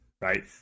right